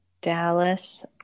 Dallas